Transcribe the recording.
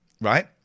right